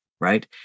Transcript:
right